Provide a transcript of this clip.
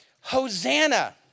Hosanna